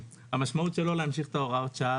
המשמעות של לא להמשיך את הוראת השעה,